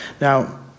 Now